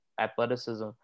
athleticism